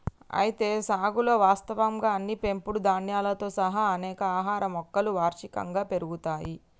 అయితే సాగులో వాస్తవంగా అన్ని పెంపుడు ధాన్యాలతో సహా అనేక ఆహార మొక్కలు వార్షికంగా పెరుగుతాయి